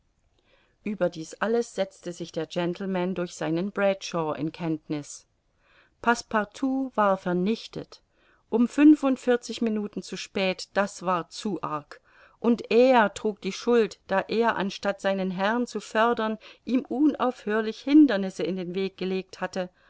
ueber dies alles setzte sich der gentleman durch seinen bradshaw in kenntniß passepartout war vernichtet um fünfundvierzig minuten zu spät das war zu arg und er trug die schuld da er anstatt seinen herrn zu fördern ihm unaufhörlich hindernisse in den weg gelegt hatte